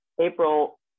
April